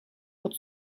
pod